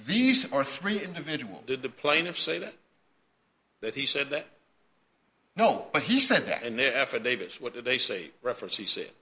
these are three individual did the plaintiff say that that he said that no but he said that and the affidavit what did they say reference he said